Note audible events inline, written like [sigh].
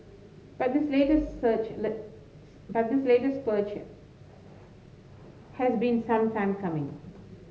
but this latest search a [unintelligible] but this latest [unintelligible] has been some time coming